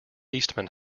eastman